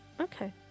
Okay